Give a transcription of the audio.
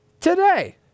today